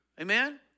Amen